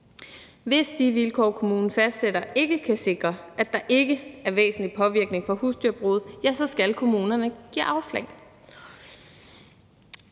Hvis de vilkår, kommunen fastsætter, ikke kan sikre, at der ikke er væsentlig påvirkning fra husdyrbrug, så skal kommunerne give afslag.